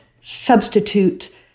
substitute